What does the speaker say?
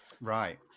Right